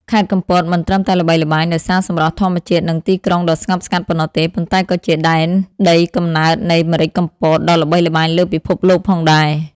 ខេត្តកំពតមិនត្រឹមតែល្បីល្បាញដោយសារសម្រស់ធម្មជាតិ និងទីក្រុងដ៏ស្ងប់ស្ងាត់ប៉ុណ្ណោះទេ ប៉ុន្តែក៏ជាដែនដីកំណើតនៃ ម្រេចកំពត ដ៏ល្បីល្បាញលើពិភពលោកផងដែរ ។